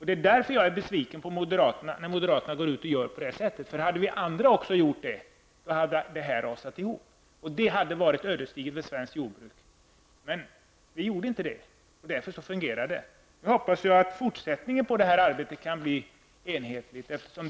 Det är därför som jag är besviken när moderaterna gör på detta sätt. Om också andra hade gjort så, hade det hela rasat ihop, och det hade varit ödesdigert för svenskt jordbruk. Men så skedde inte, och därför fungerade det. Nu hoppas jag att det i fortsättningen kan bli enighet i detta avseende.